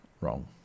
wrong